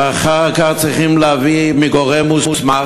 ואחר כך צריכים להביא מגורם מוסמך,